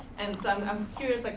and so i'm um curious, like